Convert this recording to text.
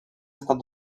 estat